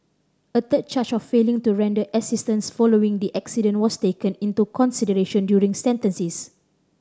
a third charge of failing to render assistance following the accident was taken into consideration during sentences